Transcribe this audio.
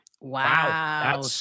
Wow